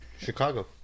Chicago